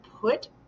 put